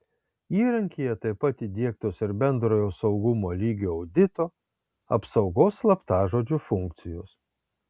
įrankyje taip pat įdiegtos ir bendrojo saugumo lygio audito apsaugos slaptažodžiu funkcijos